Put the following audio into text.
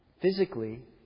physically